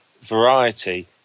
variety